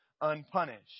unpunished